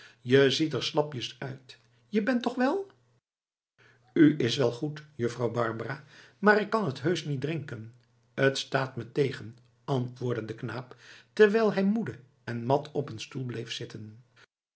je ziet er slapjes uit je bent toch wel u is wel goed juffrouw barbara maar ik kan het heusch niet drinken t staat me tegen antwoordde de knaap terwijl hij moede en mat op een stoel bleef zitten